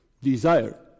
Desire